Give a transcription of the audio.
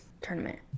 tournament